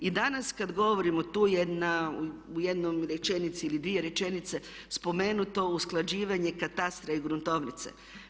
I danas kad govorimo tu je na, u jednoj rečenici ili dvije rečenice spomenuto usklađivanje katastra i gruntovnice.